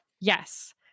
Yes